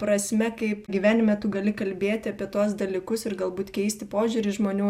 prasme kaip gyvenime tu gali kalbėti apie tuos dalykus ir galbūt keisti požiūrį žmonių